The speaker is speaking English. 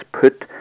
put